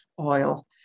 oil